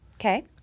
Okay